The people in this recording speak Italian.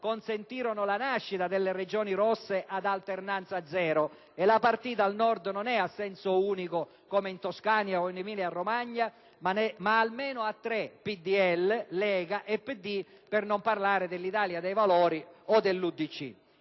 consentirono la nascita delle Regioni rosse ad alternanza zero e la partita al Nord non è a senso unico come in Toscana o in Emilia-Romagna, ma è almeno a tre: PdL, Lega e PD, per non parlare dell'Italia dei Valori o dell'UDC.